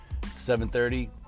7.30